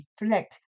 reflect